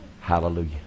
Hallelujah